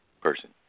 person